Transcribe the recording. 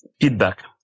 feedback